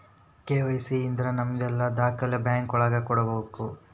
KYC ಇದ್ರ ನಮದೆಲ್ಲ ದಾಖ್ಲೆ ಬ್ಯಾಂಕ್ ಒಳಗ ಕೊಡ್ಬೇಕು